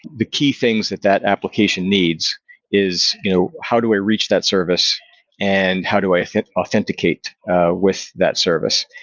the key things that that application needs is to you know how do i reach that service and how do i fit authenticate with that service?